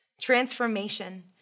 Transformation